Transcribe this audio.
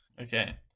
Okay